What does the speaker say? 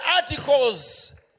articles